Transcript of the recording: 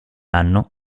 anno